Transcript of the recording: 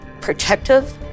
protective